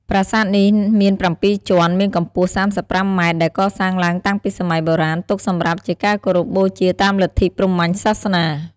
ប្រាសាទនេះមាន៧ជាន់ មានកំពស់ ៣៥ម៉ែត្រ ដែលកសាងឡើងតាំងពីសម័យបុរាណ ទុកសំរាប់ជាការគោរពបូជាតាមលទ្ធិព្រហ្មញ្ញសាសនា។